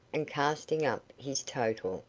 and casting up his total,